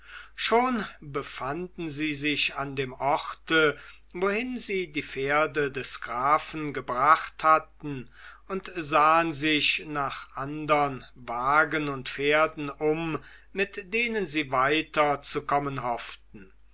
schon befanden sie sich an dem orte wohin sie die pferde des grafen gebracht hatten und sahen sich nach andern wagen und pferden um mit denen sie weiter zu kommen hofften